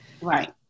Right